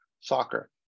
Soccer